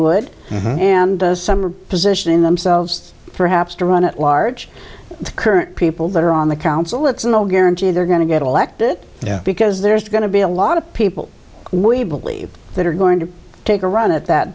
would and some are positioning themselves perhaps to run at large current people that are on the council it's in the guarantee they're going to get elected because there's going to be a lot of people we believe that are going to take a run at that